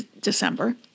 December